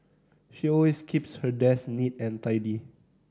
she always keeps her desk neat and tidy